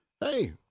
hey